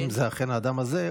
אם זה אכן האדם הזה,